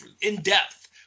in-depth